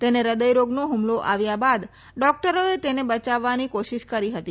તેને હદયરોગનો હુમલો આવ્યા બાદ ડોકટરોએ તેને બયાવવાની કોશિષ કરી હતી